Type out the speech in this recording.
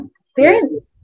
experience